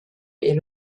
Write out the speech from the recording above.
est